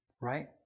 Right